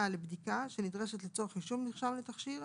לבדיקה שנדרשת לצורך רישום מרשם לתכשיר,